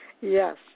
Yes